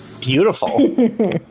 beautiful